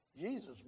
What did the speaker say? Jesus